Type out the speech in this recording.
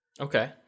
okay